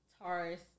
Taurus